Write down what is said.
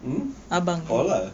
hmm all ah